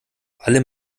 alle